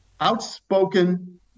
outspoken